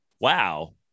wow